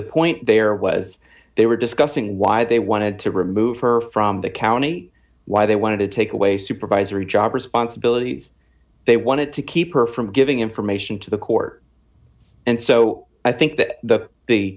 the point there was they were discussing why they wanted to remove her from the county why they wanted to take away supervisory job responsibilities they wanted to keep her from giving information to the court and so i think that the the